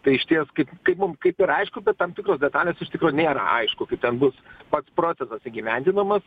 tai išties kaip kaip mum kaip ir aišku bet tam tikros detalės iš tikrųjų nėra aišku kaip ten bus pats procesas įgyvendinamas